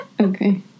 Okay